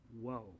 Whoa